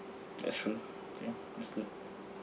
that's true ya that's good